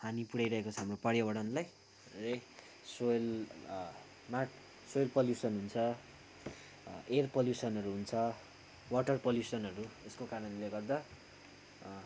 हानी पुऱ्याइरहेको छ हाम्रो पर्यावरणलाई रे सोइल माट सोइल पोलुसन् हुन्छ एयर पोलुसनहरू हुन्छ वाटर पोलुसनहरू यसको कारणले गर्दा